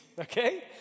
okay